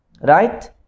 right